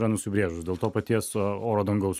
yra nusibrėžus dėl to paties oro dangaus